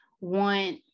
want